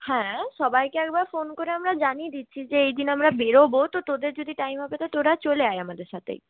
হ্যাঁ সবাইকে একবার ফোন করে আমরা জানিয়ে দিচ্ছি যে এই দিন আমরা বেরবো তো তোদের যদি টাইম হবে তো তোরা চলে আয় আমাদের সাথে